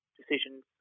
decisions